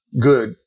good